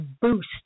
boost